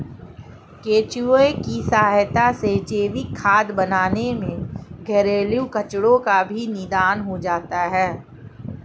केंचुए की सहायता से जैविक खाद बनाने में घरेलू कचरो का भी निदान हो जाता है